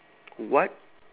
what